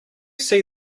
see